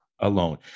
alone